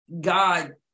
god